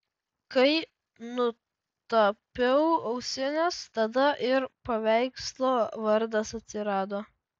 kai nutapiau ausines tada ir paveikslo vardas atsirado